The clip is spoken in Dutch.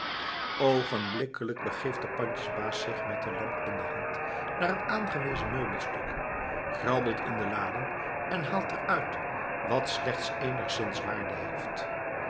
oogenblikkelijk begeeft de pandjesbaas zich met de lamp in de hand naar het aangewezen meubelstuk grabbelt in de laden en haalt er uit wat slechts eenigszins waarde heeft